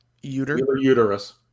uterus